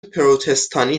پروتستانی